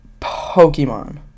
Pokemon